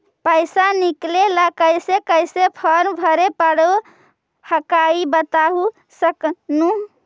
पैसा निकले ला कैसे कैसे फॉर्मा भरे परो हकाई बता सकनुह?